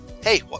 Hey